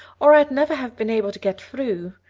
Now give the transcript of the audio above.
or i'd never have been able to get through.